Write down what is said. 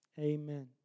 Amen